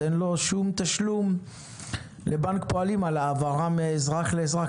אין לו שום תשלום לבנק הפועלים על העברה מאזרח לאזרח,